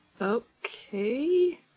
Okay